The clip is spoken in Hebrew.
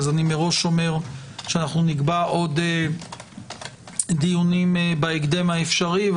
אז אומר כבר מראש שנקבע דיונים בהקדם האפשרי.